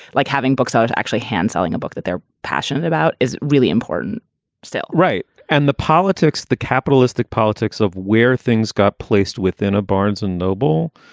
like having books out, actually hands selling a book that they're passionate about is really important still. right and the politics, the capitalistic politics of where things got placed within a barnes and noble.